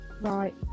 Right